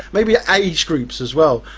maybe age groups as well.